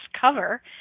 cover